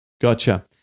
Gotcha